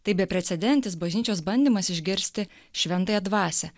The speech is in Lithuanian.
tai beprecedentis bažnyčios bandymas išgirsti šventąją dvasią